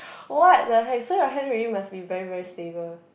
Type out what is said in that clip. what the heck so your hand really must be very very stable